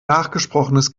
nachgesprochenes